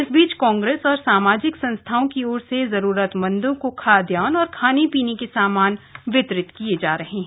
इस बीच काग्रेस और सामाजिक संस्थाओं की ओर से जरूरत मन्दों को खाद्यान और खाने पीने के सामान बितरित किये जा रहे है